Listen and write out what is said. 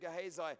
Gehazi